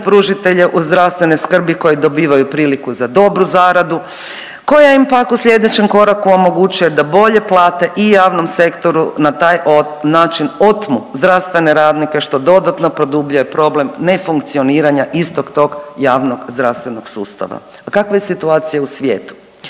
pružatelja zdravstvene skrbi koje dobivaju priliku za dobru zaradu koja im pak u sljedećem koraku omogućuje da bolje plate i javnom sektor način otmu zdravstvene radnike što dodatno produbljuje problem nefunkcioniranja istog tog javnog zdravstvenog sustava. A kakva je situacija u svijetu?